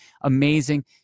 amazing